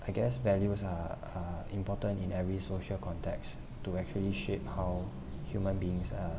I guess values are are important in every social context to actually shape how human beings uh